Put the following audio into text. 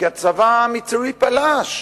כי הצבא המצרי פלש.